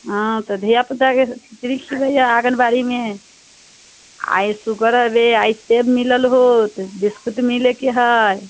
हँ तऽ धिआपुताके खिचड़ी खिबैए आगनबाड़ीमे आइ सुकर डे आइ सेब मिलल होत बिस्कुट मिलैके हय